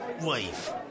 wife